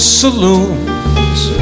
saloons